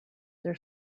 their